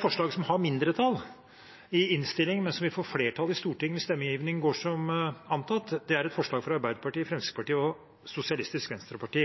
forslag som har mindretall i innstillingen, men som vi får flertall for i Stortinget, hvis stemmegivningen går som antatt, er et forslag fra Arbeiderpartiet, Fremskrittspartiet og Sosialistisk Venstreparti,